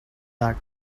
that